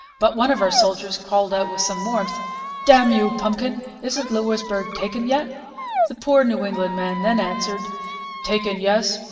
but one of our soldiers called out with some warmth damn you, pumpkin, isn't louisbourg taken yet the poor new england man then answered taken, yes,